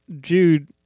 Jude